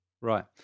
right